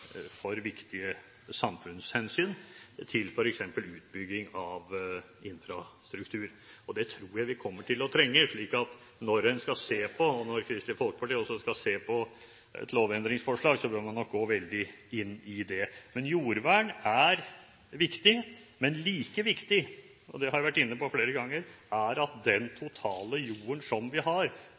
for viktige samfunnshensyn, f.eks til utbygging av infrastruktur. Det tror jeg vi kommer til å trenge, derfor bør man – også Kristelig Folkeparti – gå veldig inn i det når man skal se på et lovendringsforslag. Jordvern er viktig, men like viktig – og det har jeg vært inne på flere ganger – er at den totale jorden som vi har,